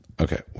Okay